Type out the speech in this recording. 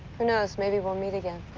who knows? maybe we'll meet again.